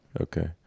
okay